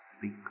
Speak